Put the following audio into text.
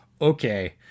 Okay